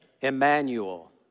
Emmanuel